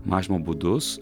mažinimo būdus